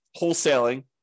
wholesaling